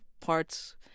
parts